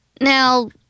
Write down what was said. Now